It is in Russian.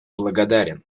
благодарен